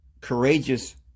Courageous